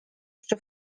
przy